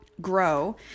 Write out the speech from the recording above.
grow